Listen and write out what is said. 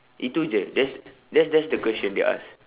itu jer that's that's that's the question they ask